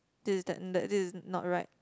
this is that uh that this is not right